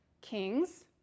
kings